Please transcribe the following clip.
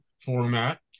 format